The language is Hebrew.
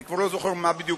אני כבר לא זוכר מה בדיוק,